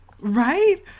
right